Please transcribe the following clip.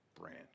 branch